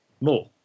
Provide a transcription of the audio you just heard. more